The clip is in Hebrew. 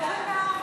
סיעת בל"ד